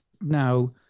now